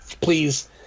please